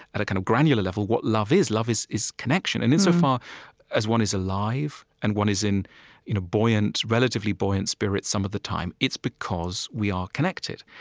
at a kind of granular level, what love is. love is connection. connection. and insofar as one is alive and one is in in buoyant, relatively buoyant spirit some of the time, it's because we are connected.